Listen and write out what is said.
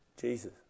Jesus